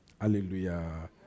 Hallelujah